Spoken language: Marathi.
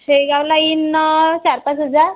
शेगावला येइन चार पाच हजार